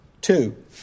Two